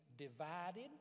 divided